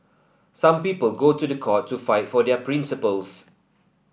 some people go to the court to fight for their principles